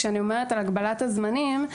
כשאני אומרת על הגבלת הזמנים,